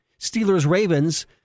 Steelers-Ravens